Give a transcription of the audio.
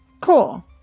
Cool